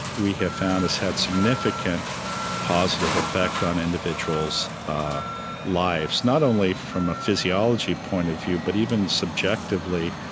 we have found has had significant positive effect on individuals' ah lives. not only from a physiology point of view, but even subjectively,